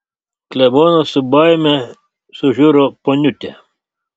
klebonas su baime sužiuro poniutę